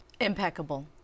Impeccable